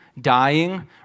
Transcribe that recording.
dying